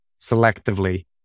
selectively